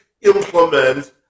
implement